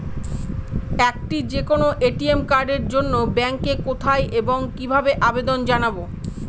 একটি যে কোনো এ.টি.এম কার্ডের জন্য ব্যাংকে কোথায় এবং কিভাবে আবেদন জানাব?